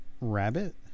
rabbit